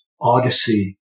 odyssey